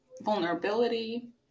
vulnerability